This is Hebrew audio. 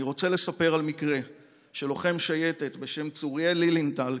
אני רוצה לספר על מקרה של לוחם שייטת בשם צוריאל לילינטל,